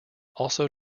also